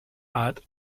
art